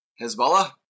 Hezbollah